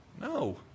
No